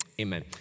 Amen